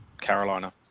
carolina